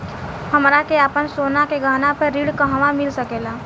हमरा के आपन सोना के गहना पर ऋण कहवा मिल सकेला?